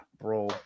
bro